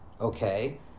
Okay